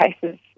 cases